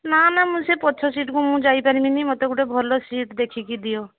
ନା ନା ମୁଁ ସେ ପଛ ସିଟ୍କୁ ମୁଁ ଯାଇପାରିମିନି ମୋତେ ଗୋଟେ ଭଲ ସିଟ୍ ଦେଖିକି ଦିଅ